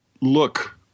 look